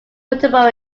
politburo